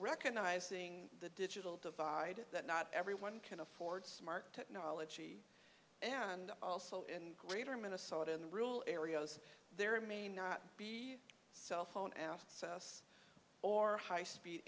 recognizing the digital divide that not everyone can afford smart technology and also in greater minnesotan rule areas there may not be cell phone asked cells or high speed